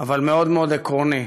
אבל מאוד מאוד עקרוני.